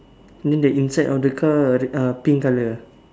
then the inside of the car uh pink colour ah